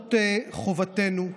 זאת חובתנו,